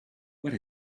what